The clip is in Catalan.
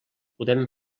podem